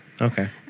Okay